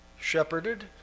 shepherded